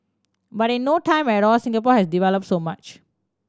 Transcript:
but in no time at all Singapore has develop so much